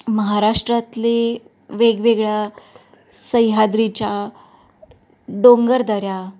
महाराष्ट्रातली वेगवेगळ्या सह्याद्रीच्या डोंगर दऱ्या